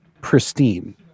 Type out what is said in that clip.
Pristine